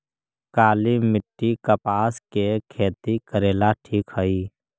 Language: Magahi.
काली मिट्टी, कपास के खेती करेला ठिक हइ?